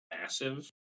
massive